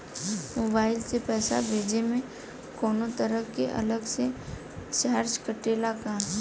Mobile से पैसा भेजे मे कौनों तरह के अलग से चार्ज कटेला का?